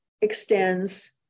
extends